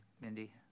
Mindy